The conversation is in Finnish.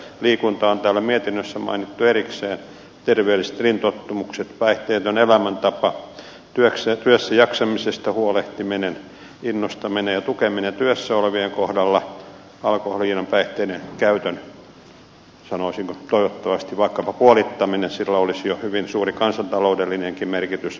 liikunta on täällä mietinnössä mainittu erikseen terveelliset elintottumukset päihteetön elämäntapa työssäjaksamisesta huolehtiminen innostaminen ja tukeminen työssä olevien kohdalla alkoholin ja päihteiden käytön sanoisinko toivottavasti vaikkapa puolittaminen sillä olisi jo hyvin suuri kansantaloudellinenkin merkitys